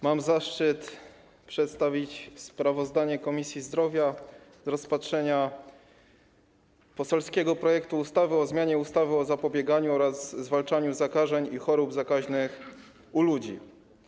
Mam zaszczyt przedstawić sprawozdanie Komisji Zdrowia o poselskim projekcie ustawy o zmianie ustawy o zapobieganiu oraz zwalczaniu zakażeń i chorób zakaźnych u ludzi.